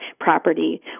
property